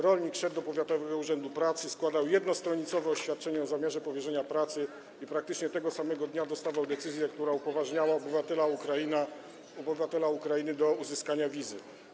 Rolnik szedł do powiatowego urzędu pracy, składał jednostronicowe oświadczenie o zamiarze powierzenia pracy i praktycznie tego samego dnia dostawał decyzję, która upoważniała obywatela Ukrainy do uzyskania wizy.